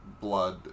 blood